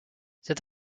cet